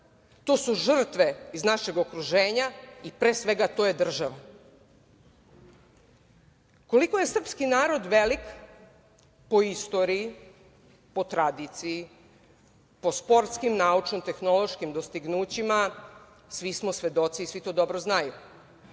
to su žrtve iz našeg okruženja i pre svega to je država. Koliko je srpski narod veliki, po istoriji, po tradiciji, po sportskim, naučno-tehnološkim dostignućima, svi smo svedoci i svi to dobro znaju.